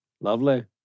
Lovely